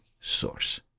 source